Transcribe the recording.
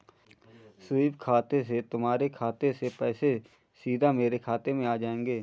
SVEEP खाते से तुम्हारे खाते से पैसे सीधा मेरे खाते में आ जाएंगे